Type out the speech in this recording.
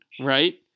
right